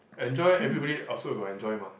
enjoy everybody also got enjoy mah